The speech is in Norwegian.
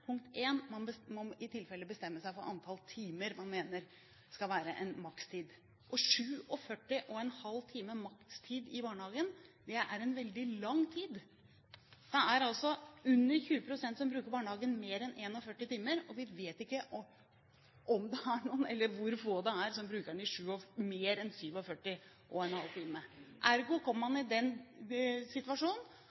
Man må i tilfelle bestemme seg for antall timer man mener skal være en makstid. 47,5 timer makstid i barnehagen er veldig lang tid. Det er under 20 pst. som bruker barnehagen mer enn 41 timer, og vi vet ikke om det er noen, eller hvor få det er, som bruker den i mer enn 47,5 timer. Ergo kommer man i den situasjonen at en